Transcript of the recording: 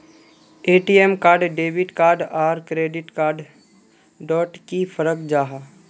ATM card debit card आर credit card डोट की फरक जाहा?